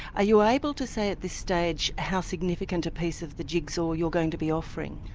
are you able to say at this stage how significant a piece of the jigsaw you're going to be offering?